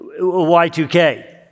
Y2K